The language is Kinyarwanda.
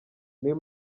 niyo